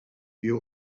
you